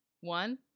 One